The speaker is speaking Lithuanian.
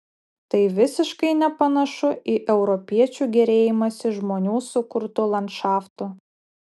tai visiškai nepanašu į europiečių gėrėjimąsi žmonių sukurtu landšaftu